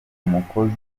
umukozi